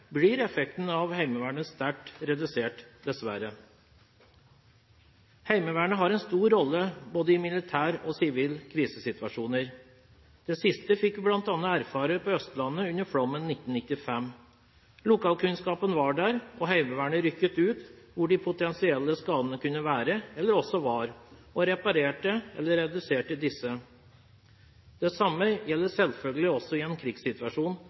blir effekten av Heimevernet sterkt redusert, dessverre. Heimevernet har en stor rolle både i militære og i sivile krisesituasjoner. Det siste fikk vi bl.a. erfare på Østlandet under flommen i 1995. Lokalkunnskapen var der, og Heimevernet rykket ut dit de potensielle skadene kunne være, eller var, og reparerte, eller reduserte, disse. Det samme gjelder selvfølgelig også i en krigssituasjon,